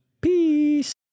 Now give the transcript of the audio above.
peace